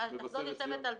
מבשרת ציון.